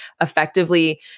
effectively